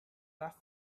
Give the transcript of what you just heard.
left